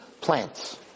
plants